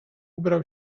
ubrał